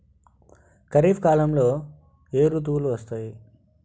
ఖరిఫ్ కాలంలో ఏ ఋతువులు వస్తాయి?